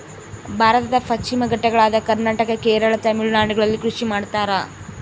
ಭಾರತದ ಪಶ್ಚಿಮ ಘಟ್ಟಗಳಾದ ಕರ್ನಾಟಕ, ಕೇರಳ, ತಮಿಳುನಾಡುಗಳಲ್ಲಿ ಕೃಷಿ ಮಾಡ್ತಾರ?